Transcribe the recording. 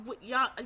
y'all